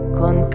con